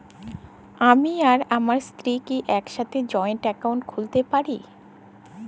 আমি আর আমার স্ত্রী কি একসাথে জয়েন্ট অ্যাকাউন্ট খুলতে পারি?